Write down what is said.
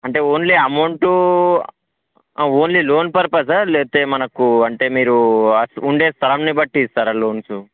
అంటే only amount only loan పర్పసా లేతే మనకు అంటే మీరు ఉండే స్థలంని బట్టి ఇస్తారా లోన్స్